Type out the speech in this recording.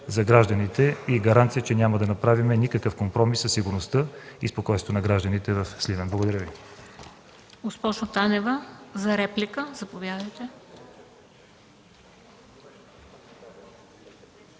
спокойствие и гаранция, че няма да направим никакъв компромис със сигурността и спокойствието на гражданите в Сливен. Благодаря Ви.